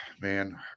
man